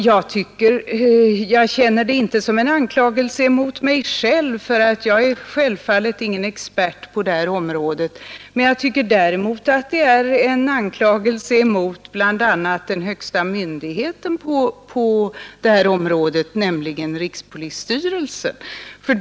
Ja, jag känner inte detta som en anklagelse mot mig själv, eftersom jag självfallet inte är någon expert på detta område, men jag tycker däremot att det bl.a. är en anklagelse mot den högsta myndigheten på detta område, nämligen rikspolisstyrelsen.